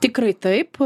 tikrai taip